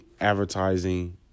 advertising